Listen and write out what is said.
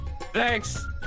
Thanks